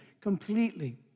completely